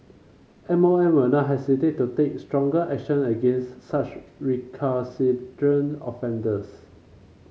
M O M will not hesitate to take stronger action against such recalcitrant offenders